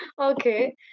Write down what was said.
Okay